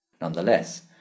Nonetheless